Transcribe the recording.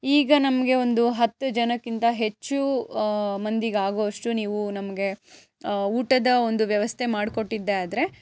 ಈಗ ನಮಗೆ ಒಂದು ಹತ್ತು ಜನಕ್ಕಿಂತ ಹೆಚ್ಚು ಮಂದಿಗಾಗೋವಷ್ಟು ನೀವು ನಮಗೆ ಊಟದ ಒಂದು ವ್ಯವಸ್ಥೆ ಮಾಡಿಕೊಟ್ಟಿದ್ದೇ ಆದರೆ